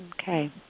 Okay